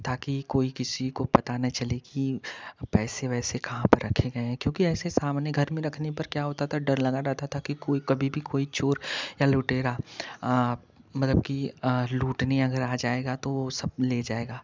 ताकि कोई किसी को पता न चले कि पैसे वैसे कहाँ पर रखे गए हैं क्योंकि ऐसे सामने घर में रखने पर क्या होता था डर लगा रहता था कि कोई कभी भी कोई चोर या लुटेरा मतलब कि लूटने अगर आ जाएगा तो वह सब ले जाएगा